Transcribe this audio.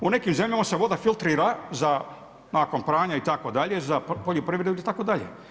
U nekim zemljama se voda filtrira nakon pranja itd. za poljoprivredu itd.